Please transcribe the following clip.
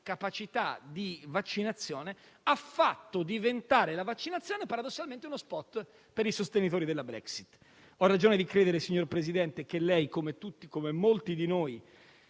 capacità di vaccinazione ha fatto diventare la vaccinazione, paradossalmente, uno *spot* per i sostenitori della Brexit. Ho ragione di credere, signor Presidente, come lei e come molti di noi,